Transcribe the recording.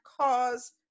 cause